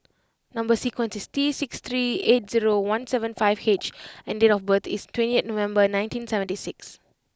number sequence is T six three eight zero one seven five H and date of birth is twentieth November nineteen seventy six